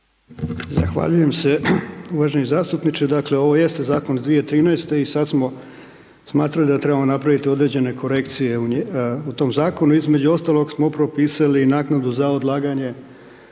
Zahvaljujem se, uvaženi zastupniče. Dakle, ovo jeste zakon iz 2013. i sad smo smatrali da trebamo napraviti određene korekcije u tom zakonu. Između ostalog smo propisali naknadu za odlaganje